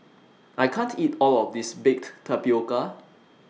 I can't eat All of This Baked Tapioca